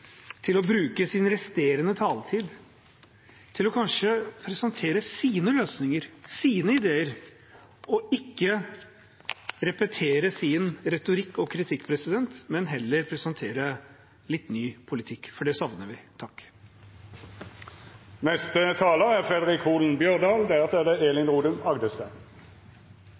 til å bruke sin resterende taletid til kanskje å presentere sine løsninger og ideer – ikke repetere sin retorikk og kritikk, men heller presentere litt ny politikk, for det savner vi.